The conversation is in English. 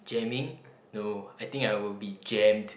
jamming no I think I will be jammed